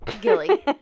Gilly